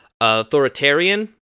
authoritarian